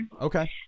Okay